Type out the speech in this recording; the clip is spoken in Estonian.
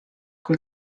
kui